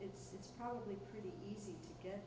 it's probably pretty easy to get